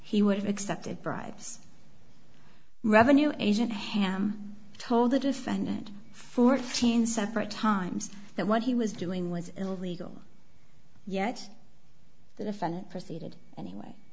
he would have accepted bribes revenue agent told the defendant for fifteen separate times that what he was doing was illegal yet the defendant proceeded anyway